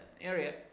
area